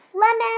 Lemon